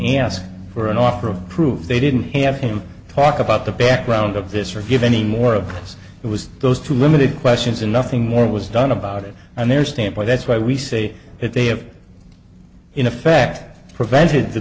ask for an offer of proof they didn't have him talk about the background of this or give any more of course it was those two limited questions and nothing more was done about it on their standby that's why we say that they have in effect prevented the